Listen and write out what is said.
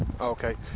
Okay